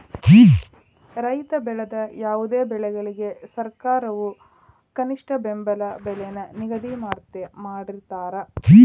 ರೈತ ಬೆಳೆದ ಯಾವುದೇ ಬೆಳೆಗಳಿಗೆ ಸರ್ಕಾರದವ್ರು ಕನಿಷ್ಠ ಬೆಂಬಲ ಬೆಲೆ ನ ನಿಗದಿ ಮಾಡಿರ್ತಾರ